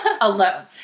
alone